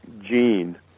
Gene